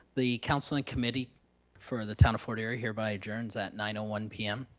the council and committee for the town of fort erie hereby adjourns at nine one p m.